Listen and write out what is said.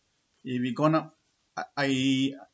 it'd be gone up I